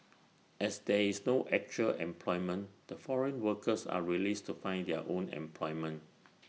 as there is no actual employment the foreign workers are released to find their own employment